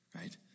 right